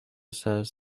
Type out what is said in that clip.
says